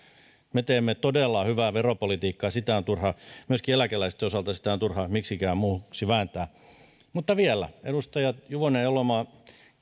me teemme todella hyvää veropolitiikkaa myöskin eläkeläisten osalta sitä on turha miksikään muuksi vääntää ja vielä edustajat juvonen ja elomaa